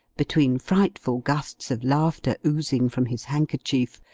between frightful gusts of laughter oozing from his handkerchief,